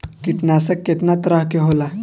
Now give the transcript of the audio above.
कीटनाशक केतना तरह के होला?